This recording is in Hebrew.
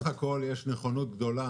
בסך הכול יש נכונות גדולה.